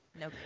No